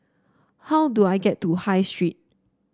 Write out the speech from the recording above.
how do I get to High Street